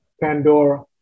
Pandora